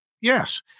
Yes